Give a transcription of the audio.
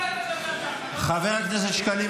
שב.